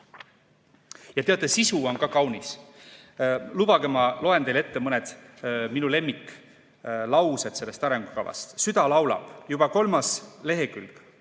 Teate, ka sisu on kaunis. Lubage ma loen teile ette mõned minu lemmiklaused sellest arengukavast. Süda laulab, juba kolmandal leheküljel